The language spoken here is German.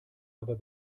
aber